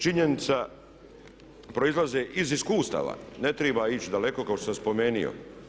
Činjenice proizlaze iz iskustava, ne triba ić daleko kao što sam spomenijo.